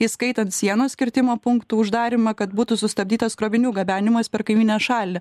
įskaitant sienos kirtimo punktų uždarymą kad būtų sustabdytas krovinių gabenimas per kaimyninę šalį